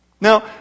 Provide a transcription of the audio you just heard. Now